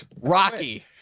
Rocky